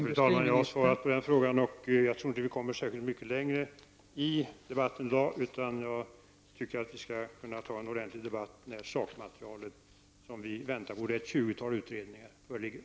Fru talman! Jag har svarat på den frågan. Jag tror inte att vi kommer särskilt mycket längre i debatten i dag. Vi bör kunna ta en ordentlig debatt när det sakmaterial som vi väntar på, ett tjugotal utredningar, föreligger.